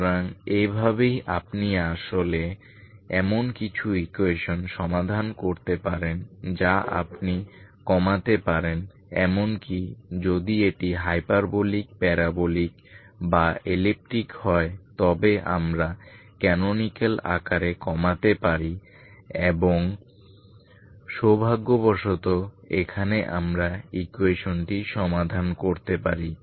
সুতরাং এভাবেই আপনি আসলে এমন কিছু ইকুয়েশন সমাধান করতে পারেন যা আপনি কমাতে পারেন এমনকি যদি এটি হাইপারবোলিক প্যারাবোলিক বা এলিপ্টিক হয় তবে আমরা ক্যানোনিকাল আকারে কমাতে পারি এবং সৌভাগ্যবশত এখানে আমরা এটি সমাধান করতে পারি ইকুয়েশনটি সমাধান করতে পারি